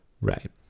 Right